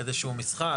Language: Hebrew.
איזשהו משחק,